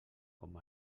com